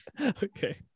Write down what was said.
Okay